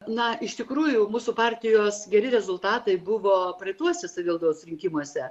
na iš tikrųjų mūsų partijos geri rezultatai buvo praeituose savivaldos rinkimuose